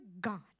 God